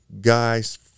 guys